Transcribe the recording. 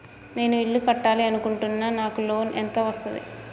నేను ఇల్లు కట్టాలి అనుకుంటున్నా? నాకు లోన్ ఎంత వస్తది?